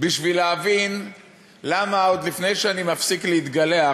בשביל להבין למה עוד לפני שאני מפסיק להתגלח